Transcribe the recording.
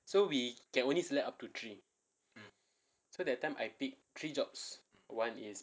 so we can only select up to three so that time I picked three jobs one is